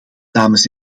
dames